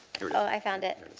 ah i found it.